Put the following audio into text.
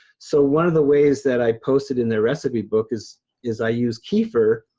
so one of the ways that i posted in their recipe book is is i use kefir,